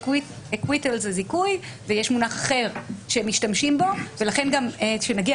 אקוויטל זה זיכוי ויש מונח אחר שמשתמשים בו ולכן גם כשעוד מעט נגיע